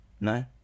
No